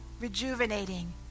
rejuvenating